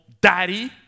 Daddy